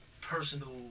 personal